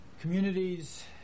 communities